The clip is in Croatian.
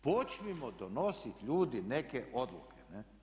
Počnimo donositi ljudi neke odluke.